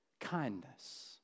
kindness